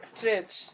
Stretch